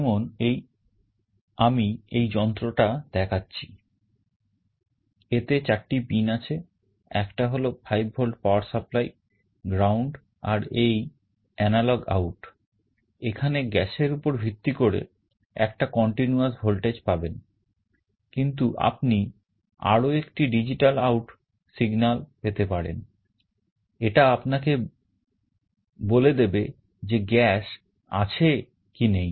যেমন আমি এই যন্ত্রটা দেখাচ্ছি এটাতে চারটি pin আছে একটা হল 5 volt power supply ground আর এই analog out এখানে গ্যাসের উপর ভিত্তি করে একটা continuous voltage পাবেন কিন্তু আপনি আরও একটি digital out signal পেতে পারেন এটা আপনাকে বলে দেবে যে গ্যাস আছে কি নেই